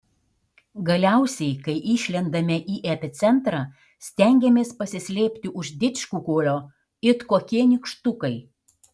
galiausiai kai išlendame į epicentrą stengiamės pasislėpti už didžkukulio it kokie nykštukai